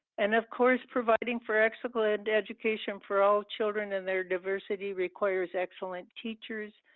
and of course providing for excellent education for all children and their diversity requires excellent teachers,